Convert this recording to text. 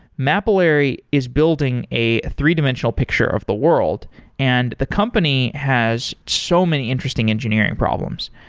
mapillary is building a three-dimensional picture of the world and the company has so many interesting engineering problems.